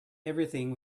everything